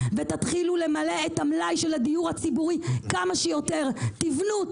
ותתחילו למלא את המלאי של הדיור הציבורי כמה שיותר תבנו,